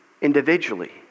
Individually